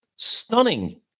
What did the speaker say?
stunning